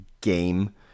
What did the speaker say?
game